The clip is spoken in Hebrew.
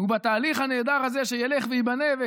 ובתהליך הנהדר הזה שילך וייבנה.